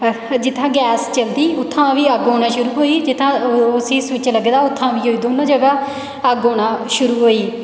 जित्थे गैस चलदी उत्थै बी अग्ग आना शुरू होई गेई जित्थै उसी स्विच लग्गे दा उत्थै बी दौनें जगहें अग्ग आना शुरू होई गेई